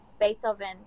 Beethoven